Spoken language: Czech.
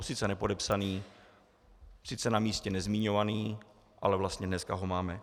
Sice nepodepsaný, sice na místě nezmiňovaný, ale vlastně dnes ho máme.